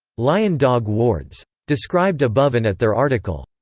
lion-dog wards. described above and at their article.